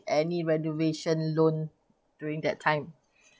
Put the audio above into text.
any renovation loan during that time